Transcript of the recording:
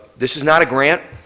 this is not a grant.